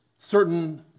certain